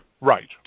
Right